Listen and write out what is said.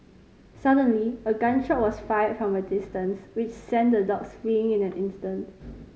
suddenly a gun shot was fired from a distance which sent the dogs fleeing in an instant